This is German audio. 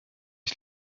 ich